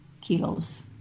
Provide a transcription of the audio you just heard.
kilos